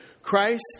Christ